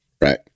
right